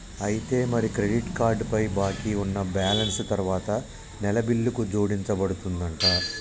అయితే మరి credit card పై బాకీ ఉన్న బ్యాలెన్స్ తరువాత నెల బిల్లుకు జోడించబడుతుందంట